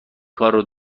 کار